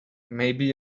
maybe